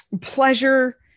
pleasure